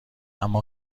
اما